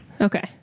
Okay